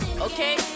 Okay